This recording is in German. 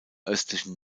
östlichen